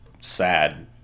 sad